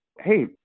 hey